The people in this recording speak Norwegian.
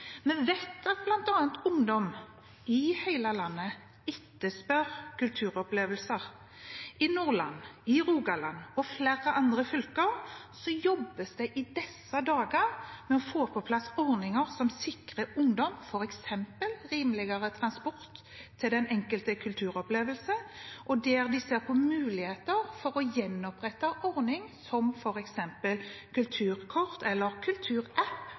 Vi vet at bl.a. ungdom i hele landet etterspør kulturopplevelser. I Nordland, i Rogaland og i flere andre fylker jobbes det i disse dager med å få på plass ordninger som sikrer ungdom f.eks. rimeligere transport til den enkelte kulturopplevelse, og de ser på muligheter for å gjenopprette en ordning som f.eks. kulturkort eller